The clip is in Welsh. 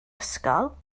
ysgol